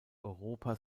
europa